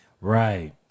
Right